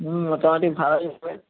হুম মোটামুটি ভালোই হবে